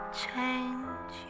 change